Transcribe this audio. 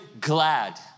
glad